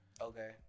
okay